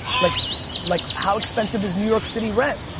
like like how expensive is new york city rent?